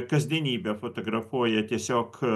kasdienybę fotografuoja tiesiog